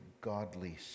godly